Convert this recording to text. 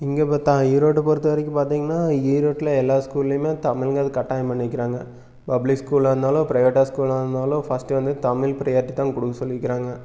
இங்கே பார்த்தா ஈரோடு பொறுத்த வரைக்கும் பார்த்திங்கன்னா ஈரோடில் எல்லா ஸ்கூல்லேமே தமிழ்வழி காட்டாயம் பண்ணிக்கிறாங்க பப்ளிக் ஸ்கூலாக இருந்தாலும் ப்ரைவேட்டாக ஸ்கூலாக இருந்தாலும் ஃபஸ்ட்டு வந்து தமிழ் ப்ரயாரிட்டி தான் கொடுக்கச் சொல்லியிருக்காங்க